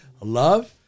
Love